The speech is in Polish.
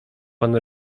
pan